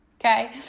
Okay